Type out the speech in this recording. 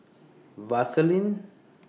Vaselin